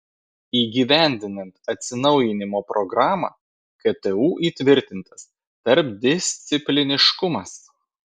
įgyvendinant atsinaujinimo programą ktu įtvirtintas tarpdiscipliniškumas